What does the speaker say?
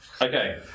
Okay